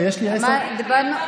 סיפרתי על אחשוורוש.